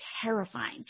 terrifying